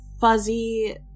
fuzzy